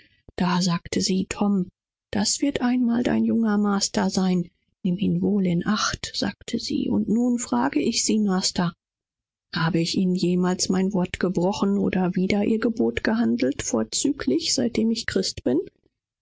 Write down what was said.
da sagte sie tom das wird dein junger herr sein nimm ihn wohl in acht sagte sie und nun wollt ich euch fragen master hab ich euch je ein wort gebrochen oder euch zuwider gehandelt besonders seit ich ein christ bin